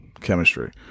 chemistry